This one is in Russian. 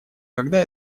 когда